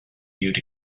you’d